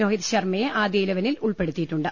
രോഹിത് ശർമ്മയെ ആദ്യ ഇലവനിൽ ഉൾപ്പെടുത്തിയിട്ടുണ്ട്